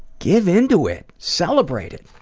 give in to it. celebrate it.